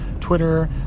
Twitter